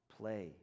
play